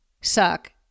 suck